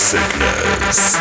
Sickness